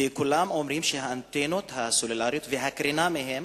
וכולם אומרים שהאנטנות הסלולריות והקרינה מהן